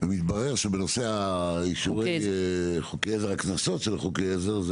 מתברר שבנושא אישורי הקנסות של חוקי העזר,